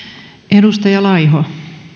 arvoisa